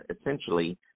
essentially